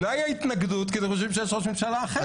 אולי ההתנגדות היא כי אתם חושבים שיש ראש ממשלה אחר.